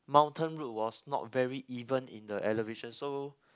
mountain route was not very even in the elevation so